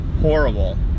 horrible